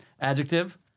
Adjective